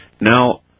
Now